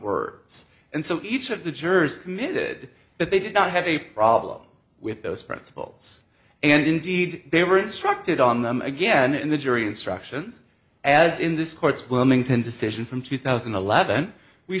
words and so each of the jurors committed that they did not have a problem with those principles and indeed they were instructed on them again in the jury instructions as in this court's wilmington decision from two thousand and eleven we